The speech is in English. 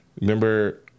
Remember